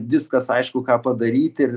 viskas aišku ką padaryt